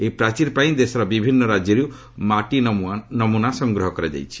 ଏହି ପ୍ରାଚୀର ପାଇଁ ଦେଶର ବିଭିନ୍ନ ରାଜ୍ୟରୁ ମାଟି ନମୁନା ସଂଗ୍ରହ କରାଯାଇଛି